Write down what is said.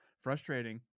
frustrating